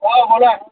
हो बोला